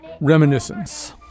reminiscence